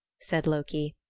said loki.